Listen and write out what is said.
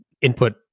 input